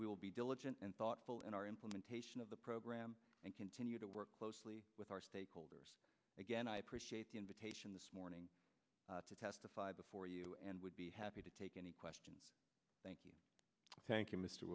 will be diligent and thoughtful in our implementation of the program and continue to work closely with our stakeholders again i appreciate the invitation this morning to testify before you and would be happy take any question thank you thank you m